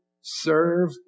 serve